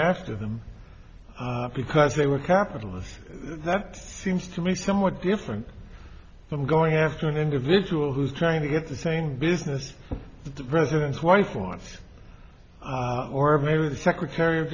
after them because they were capitalist that seems to me somewhat different from going after an individual who's trying to get the same business that the president's wife wants or maybe the secretary of